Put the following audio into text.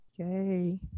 Okay